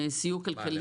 סיוע כלכלי.